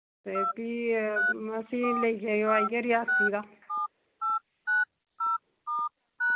ते फ्ही असें लेई जाएओ आइयै रेआसी दा